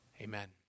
Amen